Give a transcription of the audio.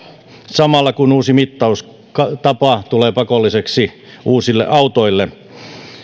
samalla kun uusi mittaustapa tulee pakolliseksi uusille autoille